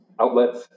outlets